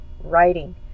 writing